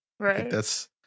Right